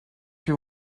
you